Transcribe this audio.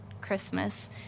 Christmas